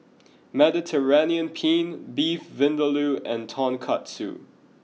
Mediterranean Penne Beef Vindaloo and Tonkatsu